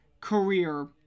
career